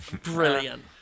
Brilliant